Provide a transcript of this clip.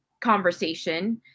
conversation